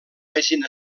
hagin